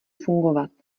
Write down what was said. fungovat